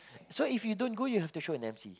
so if you don't go you have to show an M_C